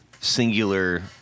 singular